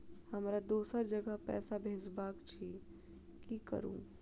हमरा दोसर जगह पैसा भेजबाक अछि की करू?